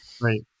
Right